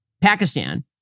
Pakistan